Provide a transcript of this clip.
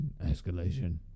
escalation